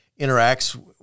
interacts